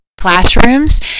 classrooms